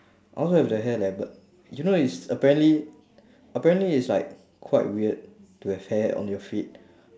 I also have that hair leh but you know it's apparently apparently it's like quite weird to have hair on your feet